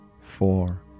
four